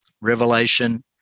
revelation